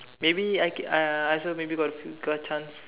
maybe I can uh I also maybe got a few got chance